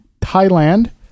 thailand